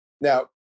Now